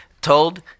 told